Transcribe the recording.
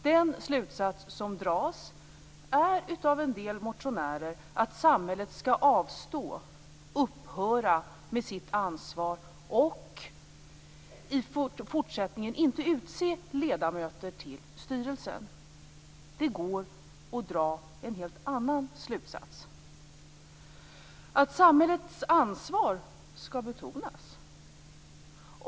Den slutsats som en del motionärer drar är att samhället skall upphöra med sitt ansvar och i fortsättningen inte utse ledamöter i styrelsen. Det går att dra en helt annan slutsats, nämligen att samhällets ansvar skall betonas.